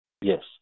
Yes